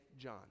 John